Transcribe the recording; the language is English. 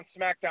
SmackDown